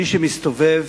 מי שמסתובב